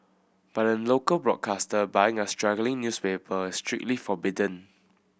but a local broadcaster buying a struggling newspaper is strictly forbidden